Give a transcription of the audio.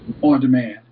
on-demand